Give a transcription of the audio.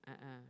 a'ah